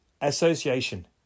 Association